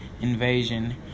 invasion